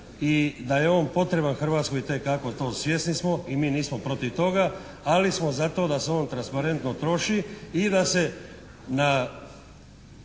i da je on potreban Hrvatskoj itekako to svjesni smo i mi nismo protiv toga, ali smo za to da se on transparentno troši i da se na